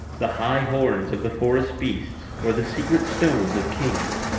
the high horns of the forest beasts, or the secret stones of kings.